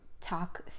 talk